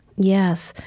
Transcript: yes.